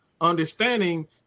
Understanding